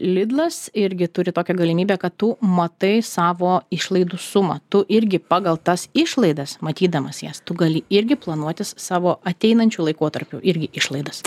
lidlas irgi turi tokią galimybę kad tu matai savo išlaidų sumą tu irgi pagal tas išlaidas matydamas jas tu gali irgi planuotis savo ateinančių laikotarpių irgi išlaidas